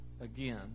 again